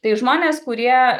tai žmonės kurie